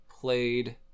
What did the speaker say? played